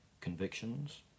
convictions